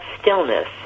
stillness